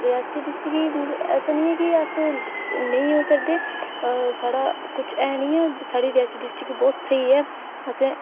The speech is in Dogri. रियासी डिस्ट्रिक्ट च निं ऐ की ऐसा नेईं ओह् करदे सारा कुछ एह् निं ऐ साढ़ी रियासी डिस्ट्रिक्ट असें